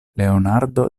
leonardo